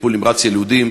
בטיפול נמרץ יילודים.